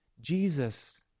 Jesus